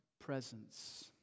presence